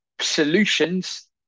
solutions